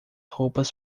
roupas